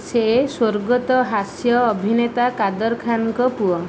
ସେ ସ୍ୱର୍ଗତ ହାସ୍ୟ ଅଭିନେତା କାଦର ଖାନଙ୍କ ପୁଅ